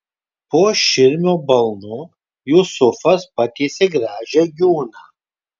po širmio balnu jusufas patiesė gražią gūnią